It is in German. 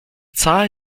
zahl